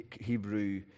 Hebrew